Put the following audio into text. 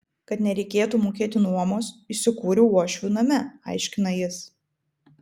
kad nereikėtų mokėti nuomos įsikūriau uošvių name aiškina jis